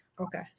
Okay